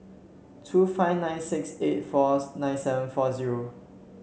two five nine six eight four nine seven four zero